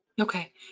Okay